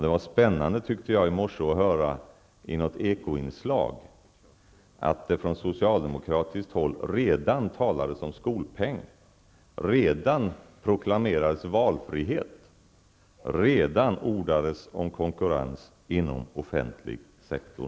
Det var spännande att i Morgonekot höra att det från socialdemokratiskt håll redan talades om skolpeng, redan proklamerades valfrihet och redan ordades om konkurrens inom offentlig sektor.